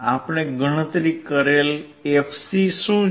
આપણે ગણતરી કરેલ fc શું છે